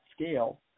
scale